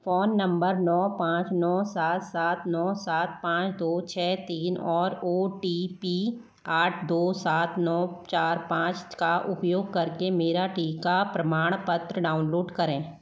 phone number नौ पाँच नौ सात सात नौ सात पाँच दो छह तीन और ओ टी पी आठ दो सात नौ चार पाँच का उपयोग करके मेरा टीका प्रमाणपत्र डाउनलोड करें